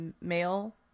male